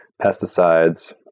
pesticides